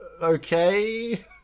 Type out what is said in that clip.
Okay